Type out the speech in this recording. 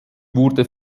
wurde